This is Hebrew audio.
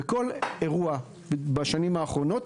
בכל אירוע בשנים האחרונות,